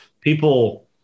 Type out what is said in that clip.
people